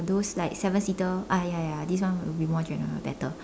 those like seven seater ah ya ya this one will be more general better